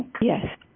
Yes